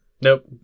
Nope